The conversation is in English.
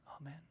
Amen